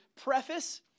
preface